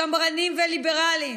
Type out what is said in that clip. שמרנים וליברלים,